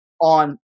on